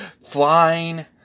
flying